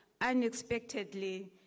unexpectedly